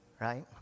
right